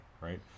Right